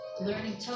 learning